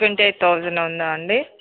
twenty eight thousand ఉందాండి